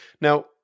Now